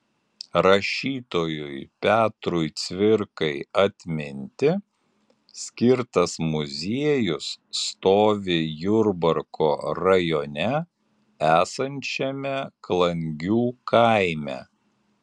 rašytojui petrui cvirkai atminti skirtas muziejus stovi jurbarko rajone esančiame klangių kaime